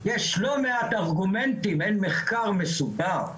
יש לא מעט ארגומנטים, אין מחקר מסודר,